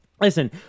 Listen